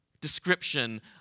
description